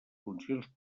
funcions